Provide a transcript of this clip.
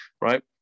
Right